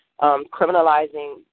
criminalizing